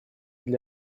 для